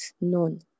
none